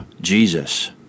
Jesus